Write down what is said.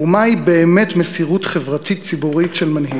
ומהי באמת מסירות חברתית ציבורית של מנהיג.